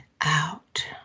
out